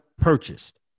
purchased